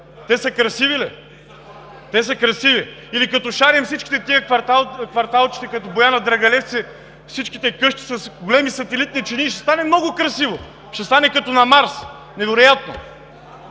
Те са красиви ли? Те са красиви! Или като шарим всичките тези кварталчета като „Бояна“, „Драгалевци“ – всичките къщи с големи сателитни чинии, ще стане много красиво?! Ще стане като на Марс – невероятно!